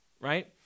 right